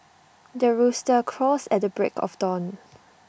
the rooster crows at the break of dawn